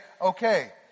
okay